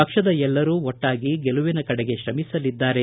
ಪಕ್ಷದ ಎಲ್ಲರೂ ಒಟ್ಟಾಗಿ ಗೆಲುವಿನ ಕಡೆಗೆ ಶ್ರಮಿಸಲಿದ್ದಾರೆ